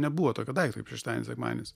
nebuvo tokio daikto kaip šeštadienis sekmadienis